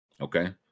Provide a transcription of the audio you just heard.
Okay